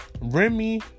Remy